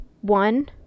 one